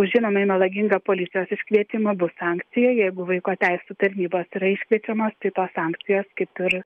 už žinomai melagingą policijos iškvietimą bus sankcija jeigu vaiko teisių tarnybos yra iškviečiamos tai tos sankcijos kaip ir